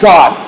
God